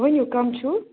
ؤنِو کَم چھِو